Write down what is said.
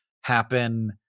happen